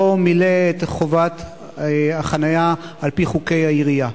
מילא את חובת החנייה על-פי חוקי העירייה.